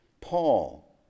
Paul